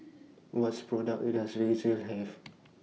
What's products Does Vagisil Have